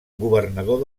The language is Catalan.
governador